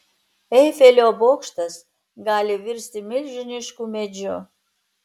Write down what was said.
eifelio bokštas gali virsti milžinišku medžiu